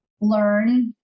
learn